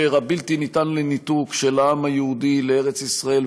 הבלתי-ניתן לניתוק של העם היהודי לארץ ישראל,